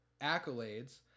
accolades